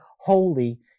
holy